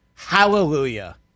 Hallelujah